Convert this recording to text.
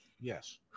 Yes